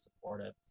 supportive